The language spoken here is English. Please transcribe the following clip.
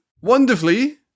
wonderfully